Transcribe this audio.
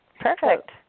Perfect